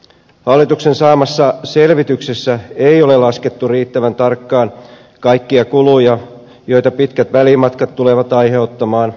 hallituksen saamassa selvityksessä ei ole laskettu riittävän tarkkaan kaikkia kuluja joita pitkät välimatkat tulevat aiheuttamaan